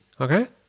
Okay